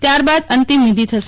ત્યાર બાદ અંતિમ વિધિ થશે